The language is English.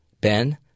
Ben